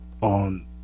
on